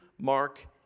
Mark